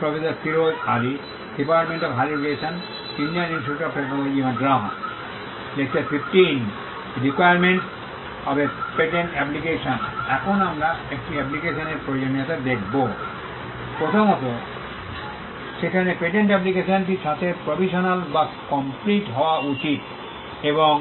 প্রথমত সেখানে পেটেন্ট অ্যাপ্লিকেশনটির সাথে প্রভিশনাল বা কমপ্লিট হওয়া উচিত এবং